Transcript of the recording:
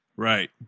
Right